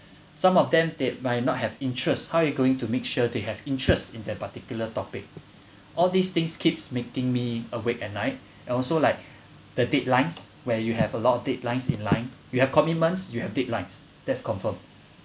some of them they might not have interest how you're going to make sure they have interest in the particular topic all these things keeps making me awake at night and also like the deadlines where you have a lot of deadlines in line you have commitments you'll have deadlines that's confirm